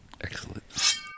Excellent